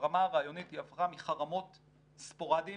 ברמה העניינית היא הפכה מחרמות ספורדיים,